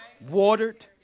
watered